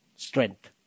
strength